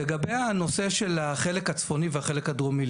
לגבי הנושא של החלק הצפוני והחלק הדרומי,